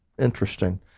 interesting